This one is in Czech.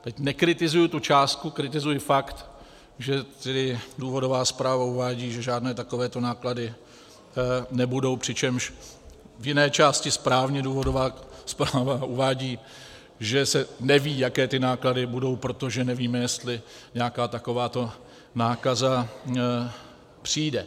Teď nekritizuji tu částku, kritizuji fakt, že důvodová zpráva uvádí, že žádné takovéto náklady nebudou, přičemž v jiné části správně důvodová zpráva uvádí, že se neví, jaké ty náklady budou, protože nevíme, jestli nějaká takováto nákaza přijde.